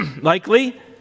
likely